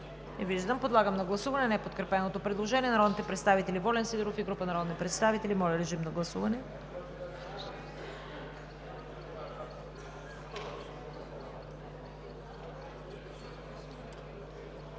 виждам. Подлагам на гласуване неподкрепеното предложение на народните представители Волен Сидеров и група народни представители. Гласували